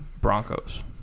Broncos